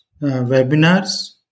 webinars